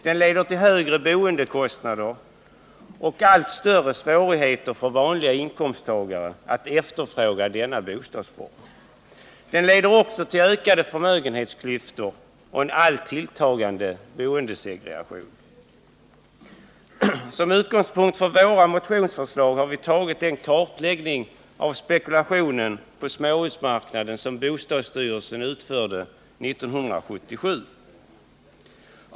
Den leder till högre boendekostnader och allt större svårigheter för vanliga inkomsttagare att efterfråga denna bostadsform. Den leder också till ökade förmögenhetsklyftor och en alltmer tilltagande bostadssegregation. Som utgångspunkt för våra motionsförslag har vi tagit den kartläggning av spekulationen på småhusmarknaden som bostadsstyrelsen genomförde 1977.